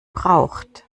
braucht